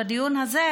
בדיון הזה,